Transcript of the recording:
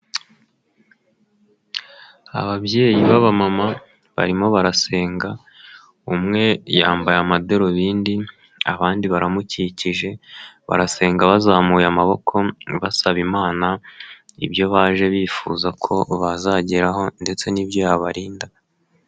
Ababyeyi b'abamama barimo barasenga, umwe yambaye amadarubindi abandi baramukikije barasenga bazamuye amaboko basaba imana ibyo baje bifuza ko bazageraho ndetse n'ibyo yabarinda.